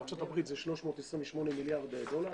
בארצות הברית הסכום הוא 328 מיליארד דולר.